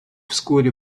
вскоре